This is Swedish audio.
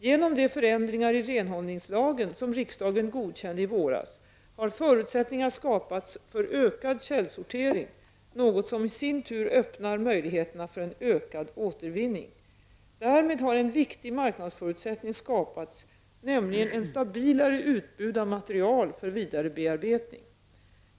Genom de förändringar i renhållningslagen som riksdagen godkände i våras har förutsättningar skapats för ökad källsortering, något som i sin tur öppnar möjligheterna för en ökad återvinning. Därmed har en viktig marknadsförutsättning skapats, nämligen ett stabilare utbud av material för vidarebearbetning.